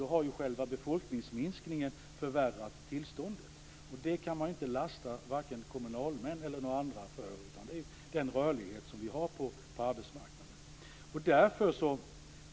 Då har själva befolkningsminskningen förvärrat tillståndet. Det kan man inte lasta vare sig kommunalmän eller några andra för. Det beror på den rörlighet vi har på arbetsmarknaden.